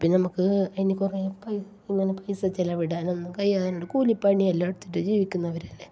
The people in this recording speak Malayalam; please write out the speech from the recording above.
പിന്നെ നമ്മൾക്ക് ഇനി കുറെ ഇങ്ങനെ പൈസ ചിലവിടാനൊന്നും കഴിയാണ്ട് കൂലിപ്പണി എല്ലാം എടുത്തിട്ടു ജീവിക്കുന്നവരല്ലേ